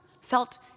felt